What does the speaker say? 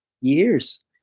years